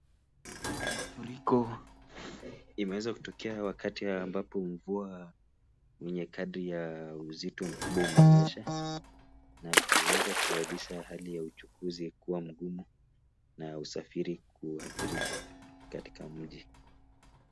Mafuriko imeweza kutokea wakati ambapo mvua yenye kadri ya uzito mkubwa umenyesha na kuweza kusababisha Hali ya uchukuzi kuwa ngumu na usafiri kuathirika katika mji.